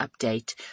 update